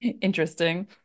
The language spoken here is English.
interesting